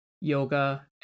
yoga